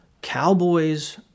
Cowboys